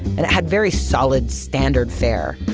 and it had very solid standard fare.